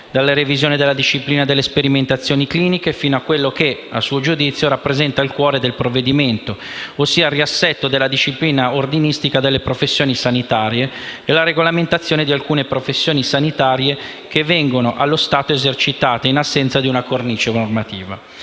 dalla revisione della disciplina delle sperimentazioni cliniche fino a quello che rappresenta il cuore del provvedimento, ossia il riassetto della disciplina ordinistica delle professioni sanitarie e la regolamentazione di alcune professioni sanitarie che vengono, allo stato, esercitate in assenza di una cornice normativa.